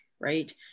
right